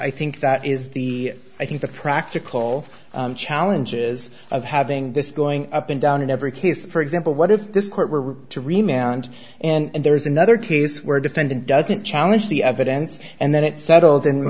i think that is the i think the practical challenges of having this going up and down in every case for example what if this court were to remain and and there's another case where a defendant doesn't challenge the evidence and then it settled in